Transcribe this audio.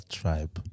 tribe